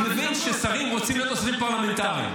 אני מבין ששרים רוצים להיות עוזרים פרלמנטריים,